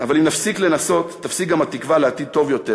אבל אם נפסיק לנסות תיפסק גם התקווה לעתיד טוב יותר